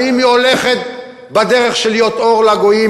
האם היא הולכת בדרך להיות אור לגויים,